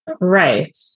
Right